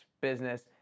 business